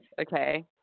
okay